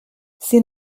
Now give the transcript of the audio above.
sie